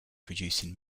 producing